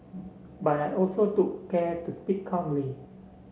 but I also took care to speak calmly